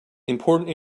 important